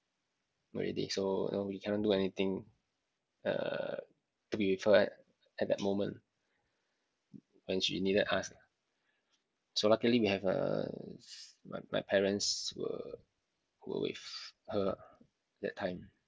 already so you know we cannot do anything uh to be with her at at that moment when she needed us so luckily we have uh my my parents were were with her that time